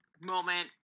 moment